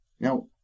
Now